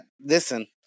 listen